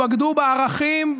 בגדו בערכים,